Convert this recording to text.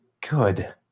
good